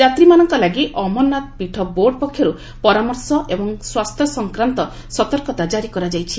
ଯାତ୍ରୀମାନଙ୍କ ଲାଗି ଅମରନାଥ ପୀଠ ବୋର୍ଡ଼ ପକ୍ଷରୁ ପରାମର୍ଶ ଓ ସ୍ୱାସ୍ଥ୍ୟ ସଂକ୍ରାନ୍ତ ସତର୍କତା କ୍ରାରି କରାଯାଇଛି